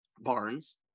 barns